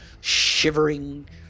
shivering